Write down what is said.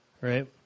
Right